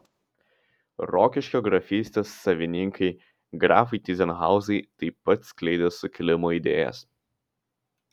rokiškio grafystės savininkai grafai tyzenhauzai taip pat skleidė sukilimo idėjas